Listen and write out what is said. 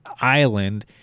island